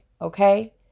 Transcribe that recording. Okay